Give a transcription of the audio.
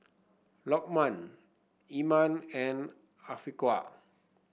Lokman Iman and Afiqah